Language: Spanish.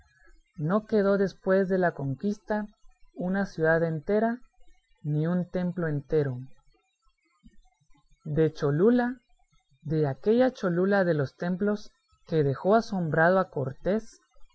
no quedó después de la conquista una ciudad entera ni un templo entero de cholula de aquella cholula de los templos que dejó asombrado a cortés